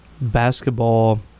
Basketball